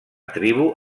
tribu